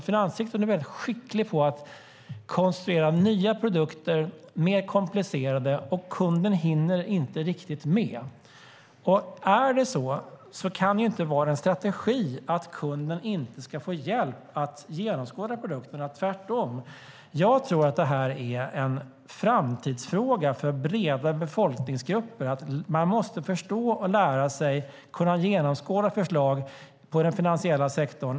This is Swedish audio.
Finanssektorn är väldigt skicklig på att konstruera nya och mer komplicerade produkter, och kunden hinner inte riktigt med. Är det så kan det inte vara en strategi att kunden inte ska få hjälp att genomskåda produkterna, tvärtom. Jag tror att det här är en framtidsfråga för breda befolkningsgrupper. Man måste förstå och lära sig att genomskåda förslag i den finansiella sektorn.